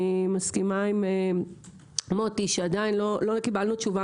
אני מסכימה עם מוטי שעדיין לא קיבלנו תשובה